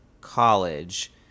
college